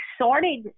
sorted